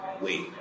Wait